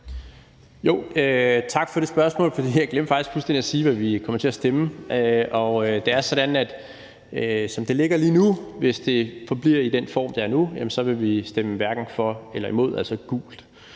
Tak for det spørgsmål, for jeg glemte faktisk fuldstændig at sige, hvad vi kommer til at stemme. Det er sådan, at som det ligger lige nu, hvis det forbliver i den form, det er i nu, så vil vi stemme hverken for eller imod, altså